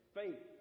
faith